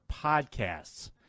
podcasts